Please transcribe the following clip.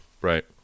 Right